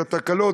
את התקלות,